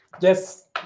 Yes